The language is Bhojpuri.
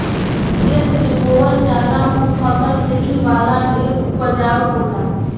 खेत में बोअल जाला ऊ फसल से इ वाला ढेर उपजाउ होला